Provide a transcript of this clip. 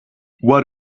what